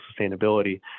sustainability